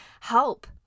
help